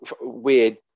weird